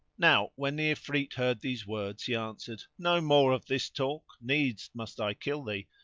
now when the ifrit heard these words he answered, no more of this talk, needs must i kill thee.